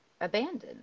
abandoned